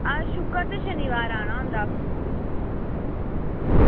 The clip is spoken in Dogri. आं हर शुक्कर ते शनि आना होंदा